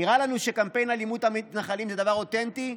נראה לנו שקמפיין אלימות המתנחלים זה דבר אותנטי?